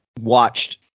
watched